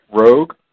Rogue